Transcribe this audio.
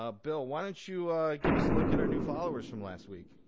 ah bill, why don't you give us a look at our new followers from last week.